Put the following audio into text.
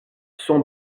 son